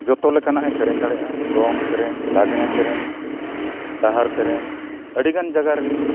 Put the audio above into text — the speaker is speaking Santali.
ᱡᱚᱛᱚ ᱞᱮᱠᱟᱱᱟᱜ ᱮ ᱥᱮᱨᱮᱧ ᱫᱟᱲᱮᱭᱟᱜᱼᱟ ᱫᱚᱝ ᱥᱮᱨᱮᱧ ᱞᱟᱜᱽᱬᱮ ᱥᱮᱨᱮᱧ ᱰᱟᱦᱟᱨ ᱥᱮᱨᱮᱧ ᱟᱹᱰᱤ ᱜᱟᱱ ᱡᱟᱜᱟ ᱨᱮᱞᱤᱧ